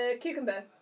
cucumber